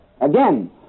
Again